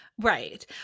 Right